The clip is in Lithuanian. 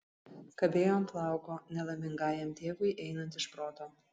kabėjo ant plauko nelaimingajam tėvui einant iš proto